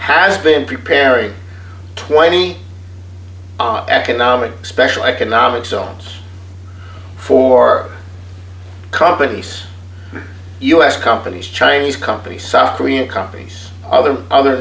has been preparing twenty busy economic special economic zones for companies u s companies chinese companies south korean companies other other